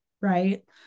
right